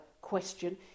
question